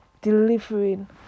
delivering